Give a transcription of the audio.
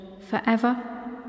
forever